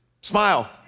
smile